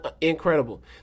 Incredible